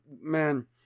man